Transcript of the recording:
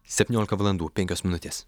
septyniolika valandų penkios minutės